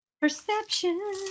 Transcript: Perception